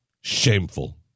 shameful